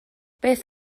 beth